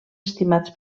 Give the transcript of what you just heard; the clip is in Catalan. estimats